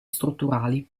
strutturali